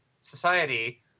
society